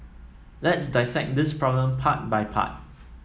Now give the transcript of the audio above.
let's dissect this problem part by part